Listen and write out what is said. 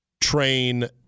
train